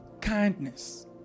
kindness